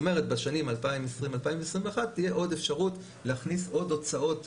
בשנים 2020 2021 תהיה עוד אפשרות להכניס עוד הוצאות,